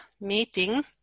meeting